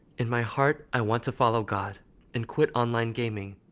in my heart, i want to follow god and quit online gaming,